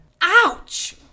Ouch